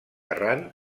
errant